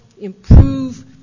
improve